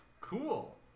Cool